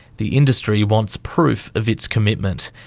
the industry wants proof of its commitment.